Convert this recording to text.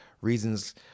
reasons